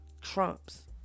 trumps